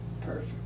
Perfect